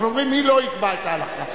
אנחנו אומרים מי לא יקבע את ההלכה.